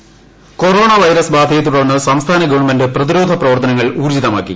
corona virus Kerala corona virus ബാധയെ തുടർന്ന് സംസ്ഥാന ഗവൺമെന്റ് പ്രതിരോധ പ്രവർത്തനങ്ങൾ ഊർജ്ജിതമാക്കി